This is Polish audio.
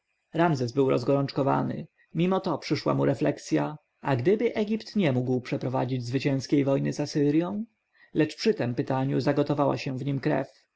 ramzes był rozgorączkowany mimo to przyszła mu refleksja a gdyby egipt nie mógł przeprowadzić zwycięskiej wojny z asyrją lecz przy tem pytaniu zagotowała się w nim krew